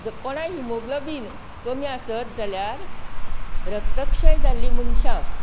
ज कोणाय हिमोग्लोबीन कमी आसत जाल्यार रक्त्कशय जाल्या मनशाक